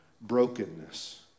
brokenness